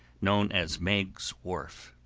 known as meiggs' wharf.